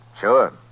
Sure